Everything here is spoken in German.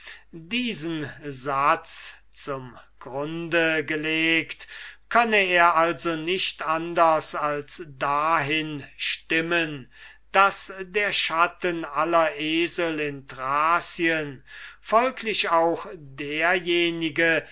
diesen satz zum grunde gelegt könne er also nicht anders als dahin stimmen daß der schatten aller esel in thracien folglich auch derjenige